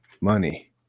money